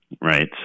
right